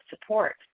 support